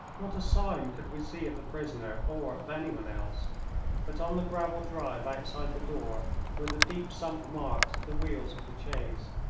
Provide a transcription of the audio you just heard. not a sign could we see of the prisoner or of anyone else but on the gravel drive outside the door were the deep-sunk marks of the wheels of the chaise.